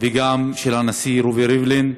וגם של הנשיא רובי ריבלין.